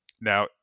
Now